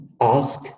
ask